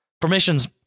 permissions